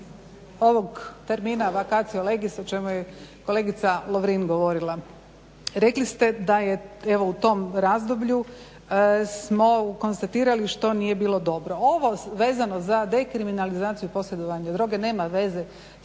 ovog termina vacatio legis o čemu je kolegica Lovrin govorila rekli ste da je evo u tom razdoblju smo konstatirali što nije bilo dobro. Ovo vezano za dekriminalizaciju posjedovanja droge nema veze